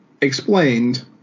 explained